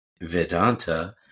Vedanta